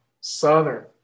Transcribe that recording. Southern